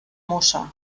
mosa